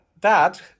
Dad